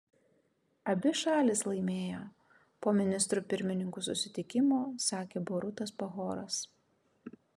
abi šalys laimėjo po ministrų pirmininkų susitikimo sakė borutas pahoras